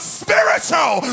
spiritual